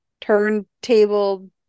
turntable